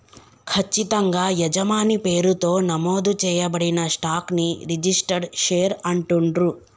ఖచ్చితంగా యజమాని పేరుతో నమోదు చేయబడిన స్టాక్ ని రిజిస్టర్డ్ షేర్ అంటుండ్రు